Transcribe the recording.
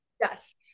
Yes